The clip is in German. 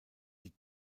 die